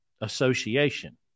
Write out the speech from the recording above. association